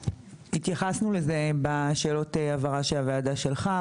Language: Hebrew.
התייחסנו לזה בשאלות הבהרה שהוועדה שלחה.